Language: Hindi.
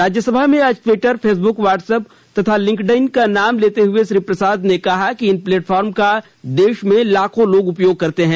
राज्यसभा में आज ट्वीटर फेसबुक व्हाट्सएप तथा लिंक्डइन का नाम लेते हुए श्री प्रसाद ने कहा कि इन प्लेटफार्म का देश में लाखों लोग उपयोग करते हैं